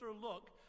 look